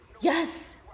yes